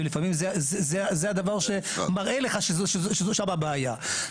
ולפעמים זה הדבר שמראה לך ששם הבעיה.